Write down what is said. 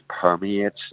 permeates